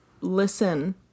listen